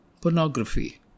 pornography